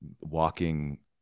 walking